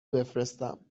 بفرستم